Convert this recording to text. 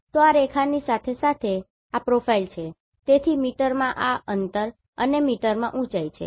તો આ રેખા ની સાથે આ પ્રોફાઇલ છે તેથી મીટરમાં આ અંતર અને મીટરમાં ઉંચાઈ છે